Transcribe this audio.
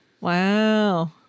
Wow